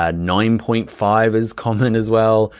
ah nine point five is common as well,